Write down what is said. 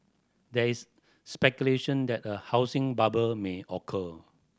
there is speculation that a housing bubble may occur